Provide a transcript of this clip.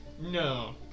No